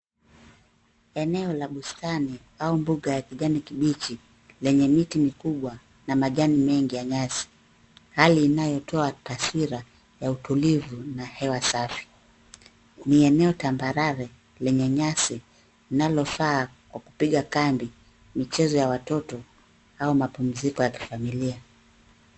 Eneo la bustani au mbuga ya kijani kibichi lenye miti mikubwa na majani mengi ya nyasi, hali inayotoa taswira ya utulivu na hewa safi. Ni eneo tambarare lenye nyasi linalofaa kwa kupiga kambi, michezo ya watoto au mapumziko ya kifamilia.